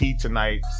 tonight